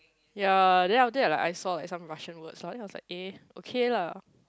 ya then after that I like I saw some Russian words so I was like eh okay lah